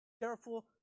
careful